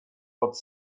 pod